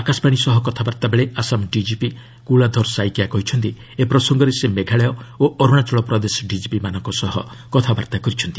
ଆକାଶବାଣୀ ସହ କଥାବାର୍ତ୍ତା ବେଳେ ଆସାମ ଡିଜିପି କୁଲାଧର ସାଇକିଆ କହିଛନ୍ତି ଏ ପ୍ରସଙ୍ଗରେ ସେ ମେଘାଳୟ ଓ ଅରୁଣାଚଳ ପ୍ରଦେଶ ଡିଜିପିମାନଙ୍କ ସହ କଥାବାର୍ତ୍ତା କରିଛନ୍ତି